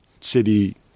City